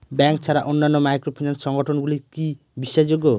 Bank ছাড়া অন্যান্য microfinance সংগঠন গুলি কি বিশ্বাসযোগ্য?